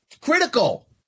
critical